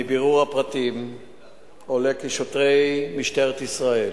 מבירור הפרטים עולה כי שוטרי משטרת ישראל,